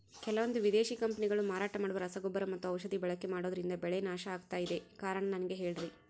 ಕೆಲವಂದು ವಿದೇಶಿ ಕಂಪನಿಗಳು ಮಾರಾಟ ಮಾಡುವ ರಸಗೊಬ್ಬರ ಮತ್ತು ಔಷಧಿ ಬಳಕೆ ಮಾಡೋದ್ರಿಂದ ಬೆಳೆ ನಾಶ ಆಗ್ತಾಇದೆ? ಕಾರಣ ನನಗೆ ಹೇಳ್ರಿ?